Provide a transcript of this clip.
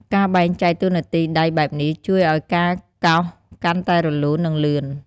ការបែងចែកតួនាទីដៃបែបនេះ ជួយឱ្យការកោសកាន់តែរលូន និងលឿន។